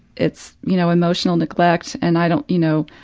it's, you know, emotional neglect and i don't, you know,